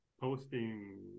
posting